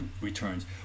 returns